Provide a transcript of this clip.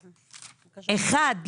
אחת,